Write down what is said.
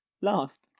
last